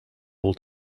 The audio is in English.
all